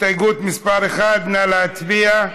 הסתייגות מס' 1, נא להצביע.